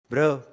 Bro